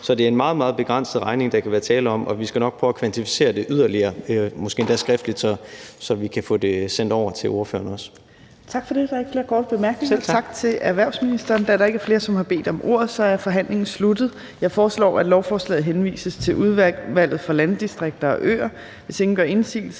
Så det er en meget, meget begrænset regning, der kan være tale om, og vi skal nok prøve at kvantificere det yderligere, måske endda skriftligt, så vi også kan få sendt det over til ordføreren. Kl. 17:34 Tredje næstformand (Trine Torp): Tak for det. Der er ikke flere korte bemærkninger. Tak til erhvervsministeren. Da der ikke er flere, som har bedt om ordet, er forhandlingen sluttet. Jeg foreslår, at lovforslaget henvises til Udvalget for Landdistrikter og Øer. Hvis ingen gør indsigelse,